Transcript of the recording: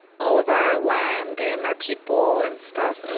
all of our land, and our people, and stuff.